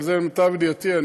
אבל זה למיטב ידיעתי.